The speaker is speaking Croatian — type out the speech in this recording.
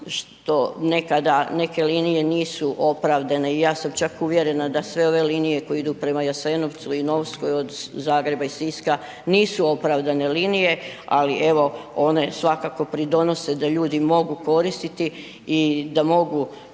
što nekada neke linije nisu opravdane i ja sam čak uvjerena da sve ove linije koje idu prema Jasenovcu od Zagreba i Siska nisu opravdane linije, ali evo one svakako pridonose da ljudi mogu koristiti i da mogu